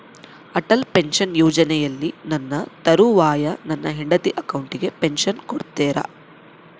Atal pension ಯೋಜನೆಯಲ್ಲಿ ನನ್ನ ತರುವಾಯ ನನ್ನ ಹೆಂಡತಿ ಅಕೌಂಟಿಗೆ ಪೆನ್ಶನ್ ಕೊಡ್ತೇರಾ?